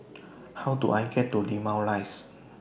How Do I get to Limau Rise